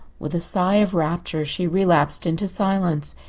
with a sigh of rapture she relapsed into silence.